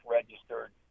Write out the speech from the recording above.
registered